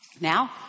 Now